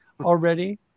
already